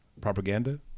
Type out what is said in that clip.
propaganda